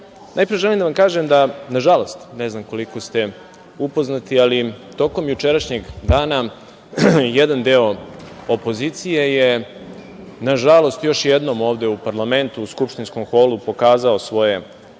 Najpre želim da vam kažem da, na žalost, ne znam koliko ste upoznati, ali tokom jučerašnjeg dana jedan deo opozicije je na žalost još jednom ovde u parlamentu, u skupštinskom holu pokazao svoje pravo lice